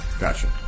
Gotcha